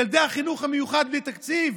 ילדי החינוך המיוחד בלי תקציב,